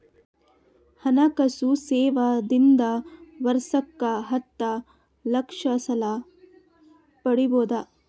ಹಣಕಾಸು ಸೇವಾ ದಿಂದ ವರ್ಷಕ್ಕ ಹತ್ತ ಲಕ್ಷ ಸಾಲ ಪಡಿಬೋದ?